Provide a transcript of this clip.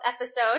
episode